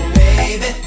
baby